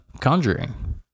Conjuring